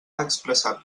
expressat